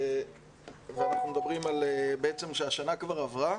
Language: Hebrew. אנחנו מדברים על כך שהשנה כבר עברה,